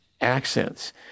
accents